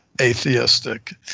atheistic